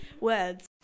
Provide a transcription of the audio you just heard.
words